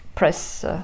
Press